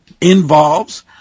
involves